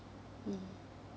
mm